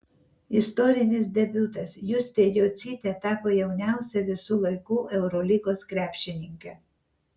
istorinis debiutas justė jocytė tapo jauniausia visų laikų eurolygos krepšininke